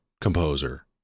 composer